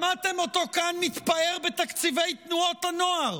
שמעתם אותו כאן מתפאר בתקציבי תנועות הנוער.